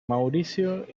mauricio